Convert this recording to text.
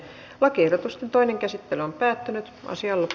lakiehdotusten toinen käsittely on päättynyt vuosia ollut